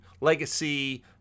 legacy